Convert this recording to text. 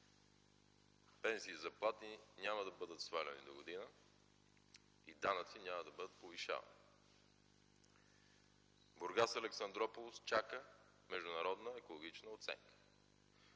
пенсии и заплати няма да бъдат сваляни догодина и данъци няма да бъдат повишавани. Бургас Александруполис чака международна екологична оценка